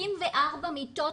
24 מיטות